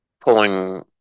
pulling